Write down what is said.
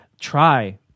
try